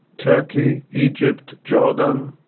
turkey, egypt, jordan,